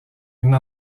une